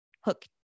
hook